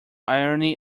irony